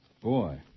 Boy